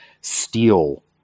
steel